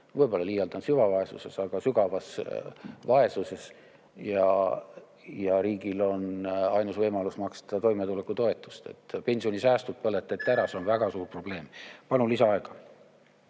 Võib-olla ma liialdan, mitte süvavaesuses, vaid sügavas vaesuses, ja riigil on ainus võimalus maksta toimetulekutoetust. Pensionisäästud põletati ära, see on väga suur probleem. Palun lisaaega.